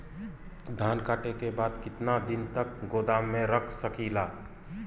धान कांटेके बाद कितना दिन तक गोदाम में रख सकीला?